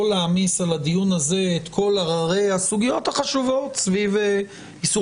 להעמיס על הדיון הזה את כל הררי הסוגיות החשובות סביב איסור